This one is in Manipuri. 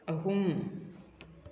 ꯑꯍꯨꯝ